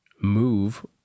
move